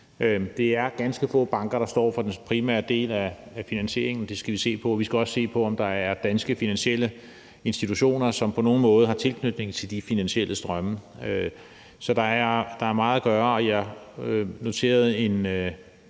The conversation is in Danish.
Det er ganske få banker, der står for den primære del af finansieringen, og det skal vi se på, og vi skal også se på, om der er danske finansielle institutioner, som på nogen måde har tilknytning til de finansielle strømme. Så der er meget at gøre, og jeg noterede en